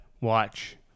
watch